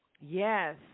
yes